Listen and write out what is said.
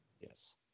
yes